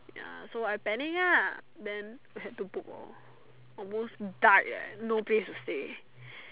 ya so I panic lah then I had to book lor almost died leh no place to stay